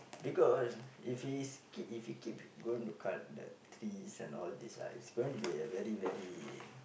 because if he keep he keep going to cut the trees and all these ah it's going to be very very